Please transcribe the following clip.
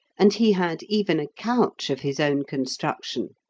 and he had even a couch of his own construction.